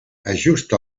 ajusta